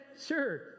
sure